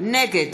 נגד